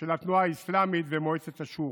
של התנועה האסלאמית ומועצת השורא.